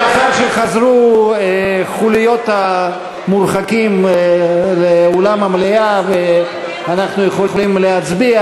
לאחר שחזרו חוליות המורחקים לאולם המליאה ואנחנו יכולים להצביע,